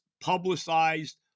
publicized